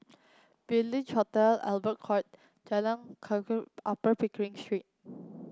Village Hotel Albert Court Jalan Rakit Upper Pickering Street